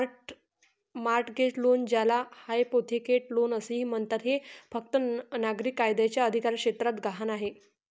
mortgage loan, ज्याला hypothecate loan असेही म्हणतात, हे फक्त नागरी कायद्याच्या अधिकारक्षेत्रात गहाण आहे